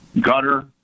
gutter